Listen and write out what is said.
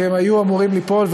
כי הן היו אמורות ליפול,